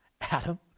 Adam